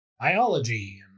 biology